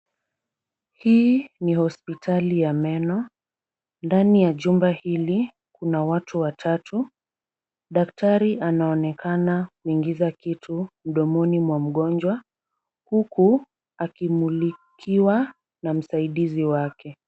Hii ni hospitali ya meno. Ndani ya jumba hili kuna watu watatu. Daktari anaonekana kuingiza kitu mdomoni mwa mgonjwa, huku akimulikiwa na msaidizi wake.